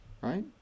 right